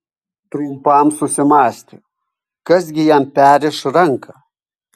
trumpam susimąstė kas gi jam perriš ranką